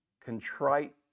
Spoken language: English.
contrite